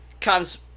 comes